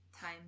time